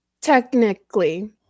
Technically